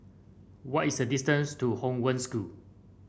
what is the distance to Hong Wen School